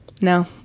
no